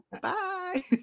Bye